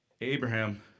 Abraham